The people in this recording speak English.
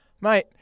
Mate